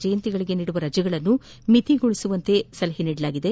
ಜಯಂತಿಗಳಿಗೆ ನೀಡುವ ರಜೆಗಳನ್ನು ಮಿತಿಗೊಳಿಸುವಂತೆ ಹೇಳಲಾಗಿದೆ